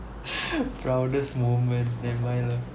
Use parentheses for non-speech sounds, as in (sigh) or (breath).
(breath) proudest moment never mind lah